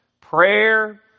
Prayer